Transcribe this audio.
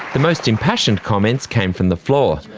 the most impassioned comments came from the floor.